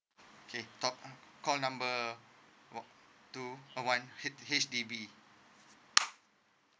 okay talk call number two one H H_D_B